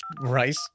Right